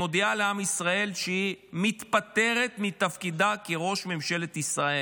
ומודיעה לעם ישראל שהיא מתפטרת מתפקידה כראש ממשלת ישראל.